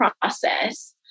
process